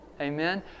Amen